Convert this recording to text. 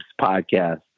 podcast